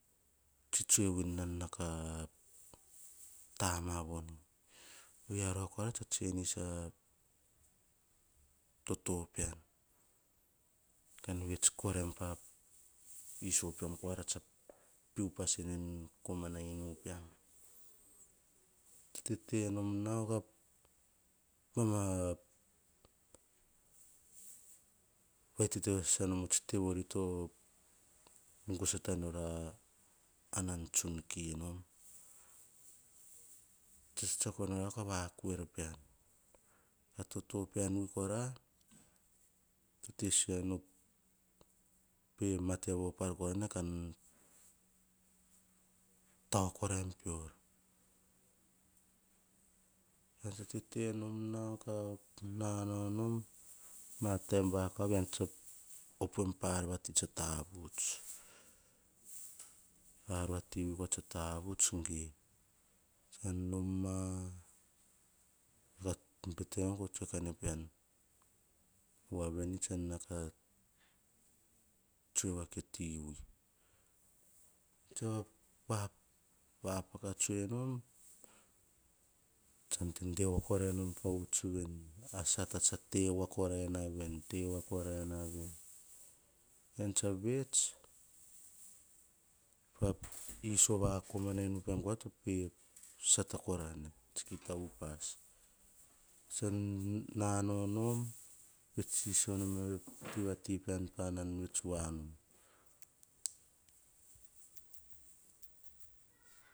Tsi tsue vi nan ta ma von. Ovia rova ka panis a toto pean kan vets koraim pa iso pean kora tsa upas sene, komana inu pean. Tete nom nau, baima vaitete va sasai nom tsi te vori to nungu sata nora anan tsun ki nom. Kes tsiako nor ka vaku er pean. Toto pean kora te sisiona pe mate vaupar kora ne ka tau koraim pior. Va tete nom nau ka na nau nom, ma bon vakav tsan opuem pa ar vati tsa tavuts. Ar vati vi tsa tavuts ge. Tsan noma, wa veni tsa na ka tsue va ke ti wi, to vapa ka tsue nom, tsan dende koraim pa uts veni. Vian tsa pe sata kora ne kita upas. Tsa na nau nom, vets sisiona nom peti vati. Pean nan vets wa nom.